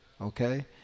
okay